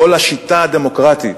כל השיטה הדמוקרטית